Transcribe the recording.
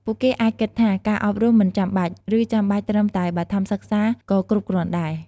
ពួកគេអាចគិតថា ការអប់រំមិនចាំបាច់ ឬចាំបាច់ត្រឹមតែបឋមសិក្សាក៏គ្រប់គ្រាន់ដែរ។